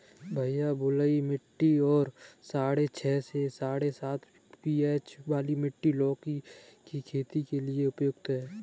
भैया बलुई मिट्टी और साढ़े छह से साढ़े सात पी.एच वाली मिट्टी लौकी की खेती के लिए उपयुक्त है